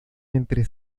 entre